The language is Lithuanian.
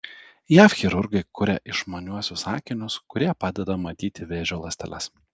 jav chirurgai kuria išmaniuosius akinius kurie padeda matyti vėžio ląsteles